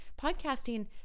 Podcasting